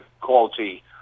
quality